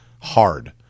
Hard